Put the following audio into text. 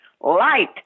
light